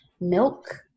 milk